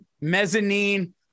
mezzanine